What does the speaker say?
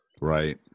Right